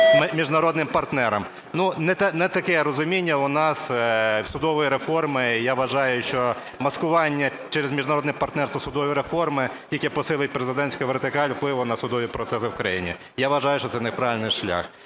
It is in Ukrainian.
міжнародним партнерам. Ну, не таке розуміння у нас в судовій реформі. Я вважаю, що маскування через міжнародне партнерство судової реформи тільки посилить президентську вертикаль впливу на судові процесі в країні. Я вважаю, що це неправильний шлях.